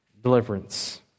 deliverance